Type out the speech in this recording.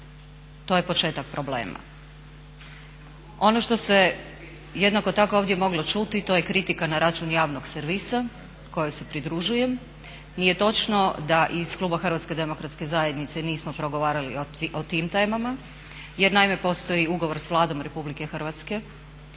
To je početak problema. Ono što se jednako tako ovdje moglo čuti to je kritika na račun javnog servisa kojoj se pridružujem. Nije točno da iz kluba Hrvatske demokratske zajednice nismo progovarali o tim temama, jer naime postoji ugovor s Vladom RH koju bi Hrvatska